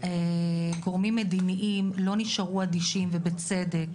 גורמים מדיניים לא נשארו אדישים, ובצדק.